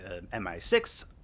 MI6